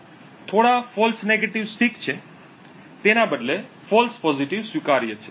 થોડા false negatives ઠીક છે તેના બદલે ફૉલ્સ પોઝિટિવ્સ સ્વીકાર્ય છે